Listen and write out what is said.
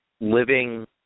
living